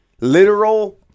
literal